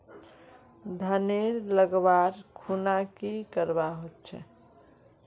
धानेर लगवार खुना की करवा होचे?